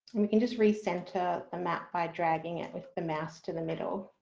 and we can just recenter a map by dragging it with the mouse to the middle.